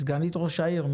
סגנית ראש העיר,